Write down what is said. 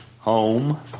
Home